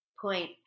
point